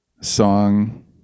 song